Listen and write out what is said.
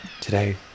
Today